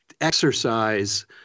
exercise